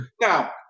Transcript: Now